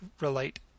relate